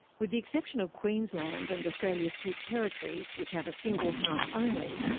with the exception of queensland and australia's two territories, which have a single house only,